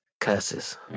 Curses